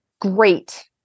Great